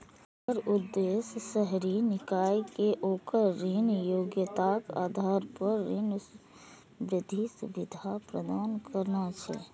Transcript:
एकर उद्देश्य शहरी निकाय कें ओकर ऋण योग्यताक आधार पर ऋण वृद्धि सुविधा प्रदान करना छै